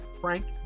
frank